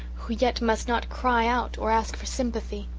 who yet must not cry out or ask for sympathy.